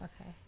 Okay